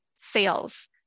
sales